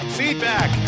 feedback